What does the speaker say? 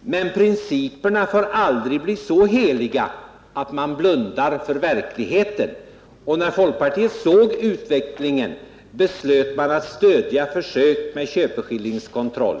Men principerna får aldrig bli så heliga att man blundar för verkligheten. När folkpartiet insåg vart utvecklingen skulle leda beslöt man att stödja försök med köpskillingskontroll.